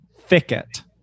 Thicket